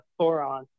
Thoron